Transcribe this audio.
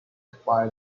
inspired